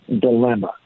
Dilemma